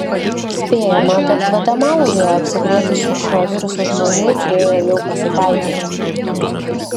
spėjama kad gvatemaloje apsikrėtusių šiuo virusu žmonių turėjo jau pasitaikyti